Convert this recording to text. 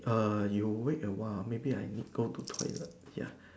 err you wait a while maybe I need go to toilet ya